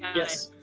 yes.